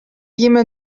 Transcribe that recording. jimme